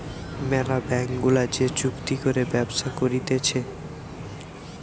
ম্যালা ব্যাঙ্ক গুলা যে চুক্তি করে ব্যবসা করতিছে